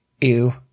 Ew